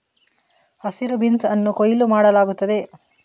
ಹಸಿರು ಬೀನ್ಸ್ ಅನ್ನು ಕೊಯ್ಲು ಮಾಡಲಾಗುತ್ತದೆ